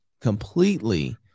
completely